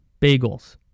bagels